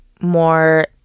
more